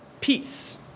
peace